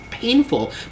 Painful